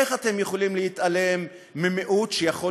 איך אתם יכולים להתעלם ממיעוט שיכול